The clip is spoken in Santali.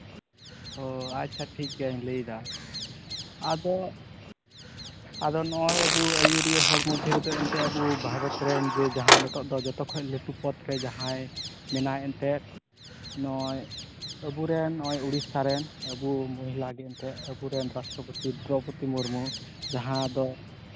ᱚ ᱟᱪᱪᱷᱟ ᱴᱷᱤᱠ ᱜᱮᱭᱟᱧ ᱞᱟᱹᱭᱫᱟ ᱟᱫᱚ ᱟᱫᱚ ᱱᱚᱜᱼᱚᱭ ᱟᱵᱚ ᱟᱹᱭᱩᱨᱤᱭᱟᱹ ᱦᱚᱲ ᱢᱚᱫᱽᱫᱷᱮ ᱨᱮᱫᱚ ᱮᱱᱛᱮᱜ ᱟᱵᱚ ᱵᱷᱟᱨᱚᱛ ᱨᱮᱱ ᱡᱮ ᱡᱟᱦᱟᱸ ᱱᱤᱛᱚᱜ ᱫᱚ ᱡᱚᱛᱚ ᱠᱷᱚᱱ ᱞᱟᱹᱴᱩ ᱯᱚᱫᱽᱨᱮ ᱡᱟᱦᱟᱸᱭ ᱢᱮᱱᱟᱭ ᱮᱱᱛᱮᱜ ᱱᱚᱜᱼᱚᱭ ᱟᱵᱚᱨᱮᱱ ᱱᱚᱜᱼᱚᱭ ᱩᱲᱤᱥᱥᱟ ᱨᱮᱱ ᱟᱵᱚ ᱢᱚᱦᱤᱞᱟᱜᱮ ᱮᱱᱛᱮᱜ ᱟᱵᱚᱨᱮᱱ ᱨᱟᱥᱴᱨᱚᱯᱚᱛᱤ ᱫᱨᱳᱯᱚᱫᱤ ᱢᱩᱨᱢᱩ ᱡᱟᱦᱟᱸ ᱫᱚ